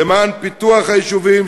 למען פיתוח היישובים,